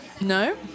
No